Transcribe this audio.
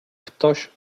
ktoś